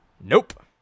Nope